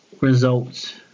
results